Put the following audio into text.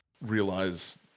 realize